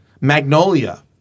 Magnolia